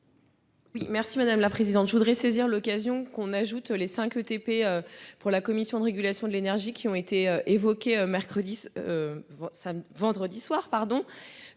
merci madame la présidente, je voudrais saisir l'occasion qu'on ajoute les cinq ETP. Pour la Commission de régulation de l'énergie, qui ont été évoqués mercredi.